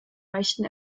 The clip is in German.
leichten